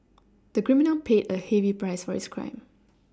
the criminal paid a heavy price for his crime